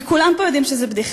וכולם פה יודעים שזה בדיחה,